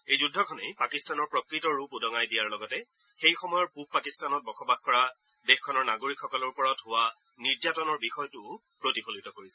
এই যুদ্ধখনেই পাকিস্তানৰ প্ৰকৃত ৰূপ উদঙাই দিয়াৰ লগতে সেই সময়ৰ পূব পাকিস্তানত বসবাস কৰা দেশখনৰ নাগৰিকসকলৰ ওপৰত হোৱা নিৰ্যাতনৰ বিষয়টোও প্ৰতিফলিত কৰিছিল